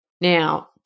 Now